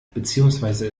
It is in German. beziehungsweise